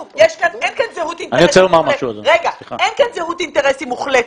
אין כאן זהות אינטרסים מוחלטת,